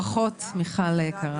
ברכות, מיכל היקרה.